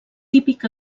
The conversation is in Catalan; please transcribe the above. típic